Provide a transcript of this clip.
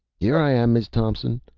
here i am, miz thompson.